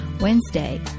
Wednesday